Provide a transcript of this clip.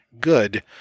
Good